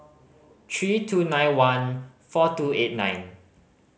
three two nine one four two eight nine